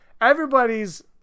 everybody's